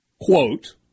quote